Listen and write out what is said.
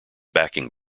backing